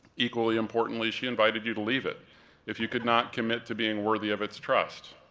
equally importantly, she invited you to leave it if you could not commit to being worthy of its trust.